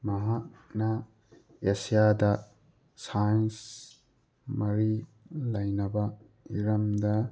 ꯃꯍꯥꯛꯅ ꯑꯦꯁꯤꯌꯥꯗ ꯁꯥꯏꯟꯁ ꯃꯔꯤ ꯂꯩꯅꯕ ꯍꯤꯔꯝꯗ